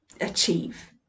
achieve